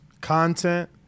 content